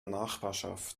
nachbarschaft